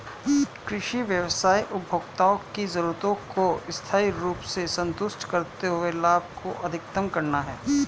कृषि व्यवसाय उपभोक्ताओं की जरूरतों को स्थायी रूप से संतुष्ट करते हुए लाभ को अधिकतम करना है